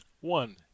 One